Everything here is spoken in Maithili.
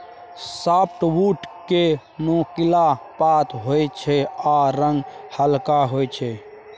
साफ्टबुड केँ नोकीला पात होइ छै आ रंग हल्का होइ छै